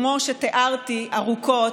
כמו שתיארתי ארוכות,